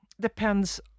depends